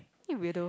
you weirdo